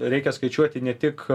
reikia skaičiuoti ne tik